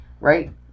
right